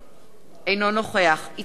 אינו נוכח יצחק כהן,